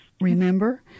Remember